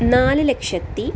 നാല് ലക്ഷത്തി